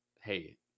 hey